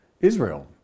Israel